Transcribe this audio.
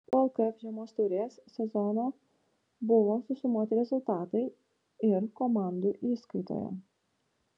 po lkf žiemos taurės sezono buvo susumuoti rezultatai ir komandų įskaitoje